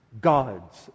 God's